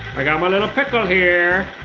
i got my little pickle here.